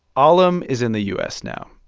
alim is in the u s. now,